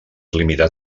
limitat